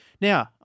Now